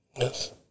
Yes